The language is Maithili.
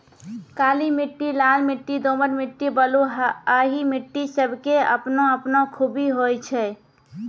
काली मिट्टी, लाल मिट्टी, दोमट मिट्टी, बलुआही मिट्टी सब के आपनो आपनो खूबी होय छै